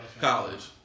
college